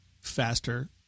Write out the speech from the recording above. faster